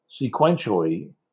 sequentially